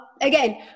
again